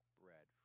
bread